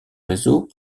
réseau